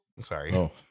sorry